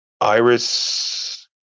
Iris